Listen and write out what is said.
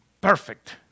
perfect